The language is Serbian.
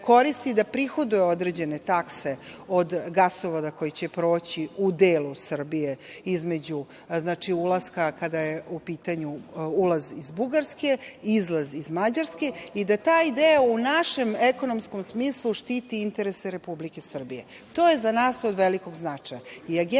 da prihoduje određene takse od gasovoda koji će proći u delu Srbije između ulaska iz Bugarske, izlaz iz Mađarske, i da taj deo u našem ekonomskom smislu štiti interese Republike Srbije. To je za nas od velikog značaja. Agencija